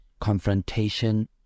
Confrontation